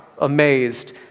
amazed